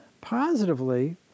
positively